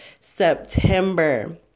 September